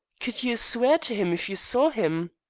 could you swear to him if you saw him?